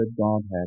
Godhead